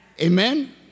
Amen